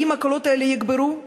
האם הקולות האלה יגברו,